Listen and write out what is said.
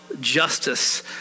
justice